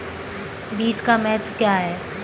बीज का महत्व क्या है?